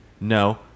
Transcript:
no